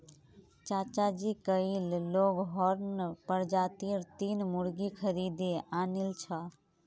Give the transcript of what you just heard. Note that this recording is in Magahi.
चाचाजी कइल लेगहॉर्न प्रजातीर तीन मुर्गि खरीदे आनिल छ